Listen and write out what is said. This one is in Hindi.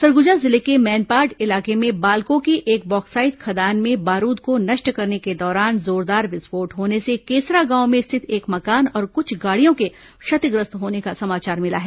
सरगुजा जिले के मैनपाट इलाके में बालको की एक बॉक्साइड खदान में बारूद को नष्ट करने के दौरान जोरदार विस्फोट होने से केसरा गांव में स्थित एक मकान और कुछ गाड़ियों के क्षतिग्रस्त होने का समाचार मिला है